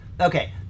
okay